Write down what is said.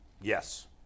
Yes